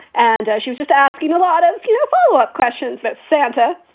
and she was just asking a lot of you know follow up questions that santa.